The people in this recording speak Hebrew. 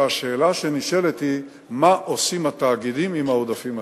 והשאלה שנשאלת היא: מה עושים התאגידים עם העודפים האלה?